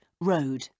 Road